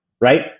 right